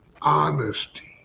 honesty